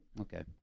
Okay